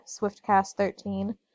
swiftcast13